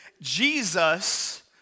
Jesus